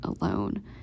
alone